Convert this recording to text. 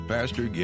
Pastor